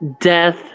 death